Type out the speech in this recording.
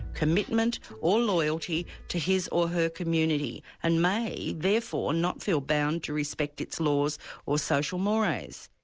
commitment or loyalty to his or her community, and may, therefore, not feel bound to respect its laws or social mores.